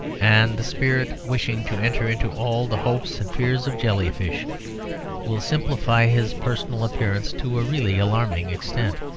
and the spirit wishing to enter into all the hopes and fears of jelly-fish will simplify his personal appearance to a really alarming extent.